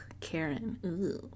Karen